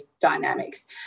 dynamics